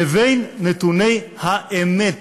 לבין נתוני האמת.